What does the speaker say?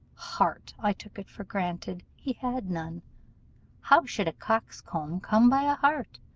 heart, i took it for granted, he had none how should a coxcomb come by a heart?